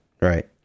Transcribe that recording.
Right